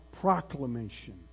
proclamation